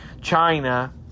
China